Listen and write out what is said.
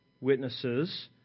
witnesses